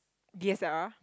d_s_l_r